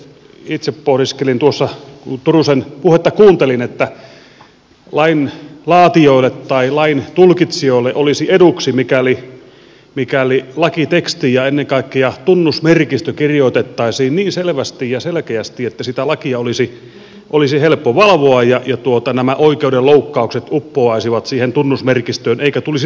itse pohdiskelin kun turusen puhetta kuuntelin että lainlaatijoille tai laintulkitsijoille olisi eduksi mikäli lakiteksti ja ennen kaikkea tunnusmerkistö kirjoitettaisiin niin selvästi ja selkeästi että sitä lakia olisi helppo valvoa ja nämä oikeudenloukkaukset uppoaisivat siihen tunnusmerkistöön eikä tulisi tulkintoja